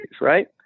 right